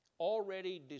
Already